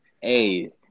Hey